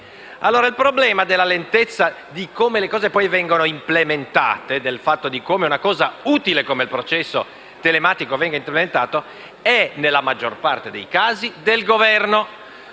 Il problema della lentezza di come le cose vengono implementate, di come una cosa utile come il processo telematico venga implementata, è, nella maggiore parte dei casi, del Governo.